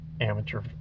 amateur